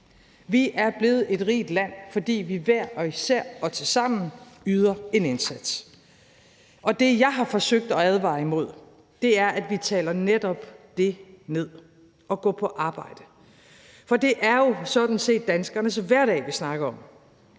Vi er blevet et rigt land, fordi vi hver især og tilsammen yder en indsats. Det, jeg har forsøgt at advare imod, er, at vi taler netop det at gå på arbejde ned, for det er jo sådan set danskernes hverdag, vi snakker om.